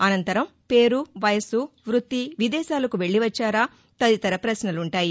అనంతరం పేరు వయస్సు వ్బత్తి విదేశాలకు వెల్లి వచ్చారా తదితర పశ్నలుంటాయి